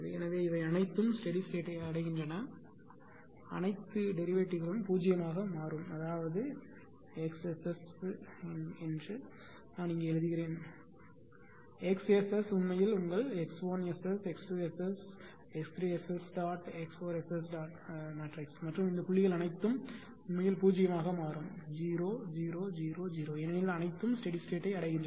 எனவே இவை அனைத்தும் ஸ்டெடி ஸ்டேட்யை அடைகின்றன அனைத்து வழித்தோன்றல்களும் 0 ஆக மாறும் அதாவது X SS ̇ இங்கே நான் எழுதுகிறேன் என்று வைத்துக்கொள்வோம் X SS ̇ உண்மையில் உங்கள் x 1SS ̇ x 2SS ̇ x 3SS ̇ x 4SS மற்றும் இந்த புள்ளிகள் அனைத்தும் உண்மையில் பூஜ்ஜியமாக மாறும் 0 0 0 0 ஏனெனில் அனைத்தும் ஸ்டெடி ஸ்டேட்யை அடைகின்றன